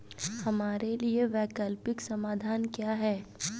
हमारे लिए वैकल्पिक समाधान क्या है?